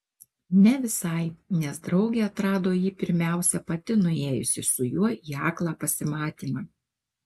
ne visai nes draugė atrado jį pirmiausia pati nuėjusi su juo į aklą pasimatymą